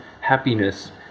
happiness